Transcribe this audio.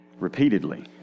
Repeatedly